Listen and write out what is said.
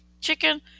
chicken